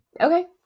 Okay